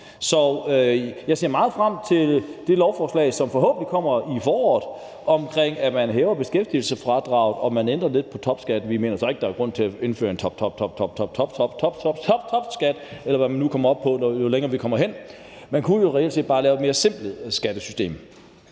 Så jeg ser meget frem til det lovforslag, som forhåbentlig kommer i foråret, om, at man hæver beskæftigelsesfradraget, og at man ændrer lidt på topskatten. Vi mener så ikke, der er grund til at indføre en toptoptopskat, eller hvad man nu kommer op på, jo længere vi kommer hen. Man kunne jo reelt set bare lave et mere simpelt skattesystem.